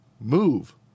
move